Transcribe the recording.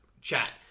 chat